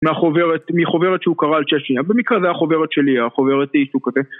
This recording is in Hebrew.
מהחוברת, מחוברת שהוא קרא על צ'צ'ניה, במקרה זה החוברת שלי, החוברת העיתוק הזה